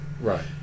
right